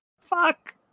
Fuck